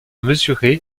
mesurée